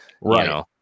Right